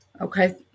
Okay